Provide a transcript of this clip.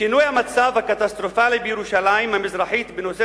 שינוי המצב הקטסטרופלי בירושלים המזרחית בנושא